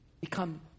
become